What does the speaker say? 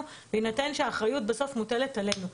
בהינתן שהאחריות בסוף מוטלת עלינו.